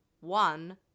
one